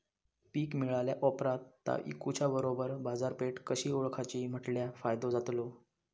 पीक मिळाल्या ऑप्रात ता इकुच्या बरोबर बाजारपेठ कशी ओळखाची म्हटल्या फायदो जातलो?